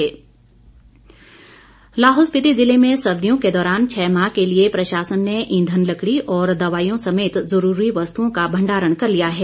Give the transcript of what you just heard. लाहौल लाहौल स्पीति जिले में सर्दियों के दौरान छः माह के लिए प्रशासन ने ईंधन लकड़ी और दवाईयों समेत जरूरी वस्तुओं का भंडारण कर लिया है